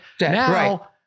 Now